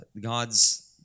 God's